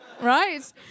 Right